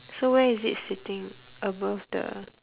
so where is it sitting above the